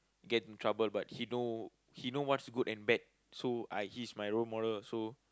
get in trouble but he know he know what's good and bad so I he's my role model